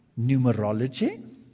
numerology